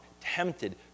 tempted